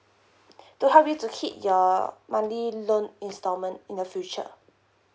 to help you to hit your monthly loan installment in the future